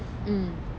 mmhmm